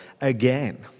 again